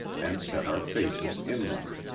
and set our faces inland.